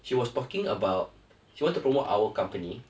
she was talking about she want to promote our company